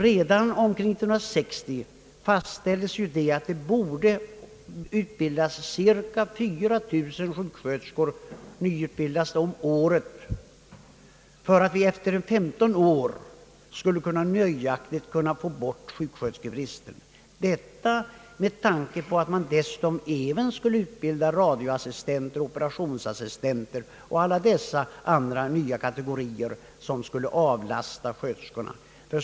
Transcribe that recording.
Redan omkring år 1960 fastställdes av en undersökning att minst cirka 4000 sjuksköterskor borde nyutbildas om året inom landet för att vi efter 15 år skulle kunna nöjaktigt eliminera sjuksköterskebristen — detta med tanke på att man dessutom även skulle utbilda radioterapiassistenter, operationsassistenter, laboratriser och alla dessa andra nya yrkeskategorier som skulle hjälpa till att avlasta en mängd arbete från sjuksköterskorna.